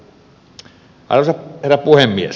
arvoisa herra puhemies